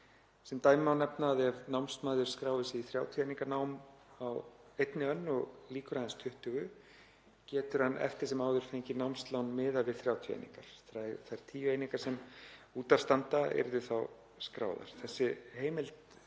Sem dæmi má nefna að ef námsmaður skráir sig í 30 eininga nám á einni önn og lýkur aðeins 20 getur hann eftir sem áður fengið námslán miðað við 30 einingar, þær tíu einingar sem út af standa yrðu þá skráðar. Þessi heimild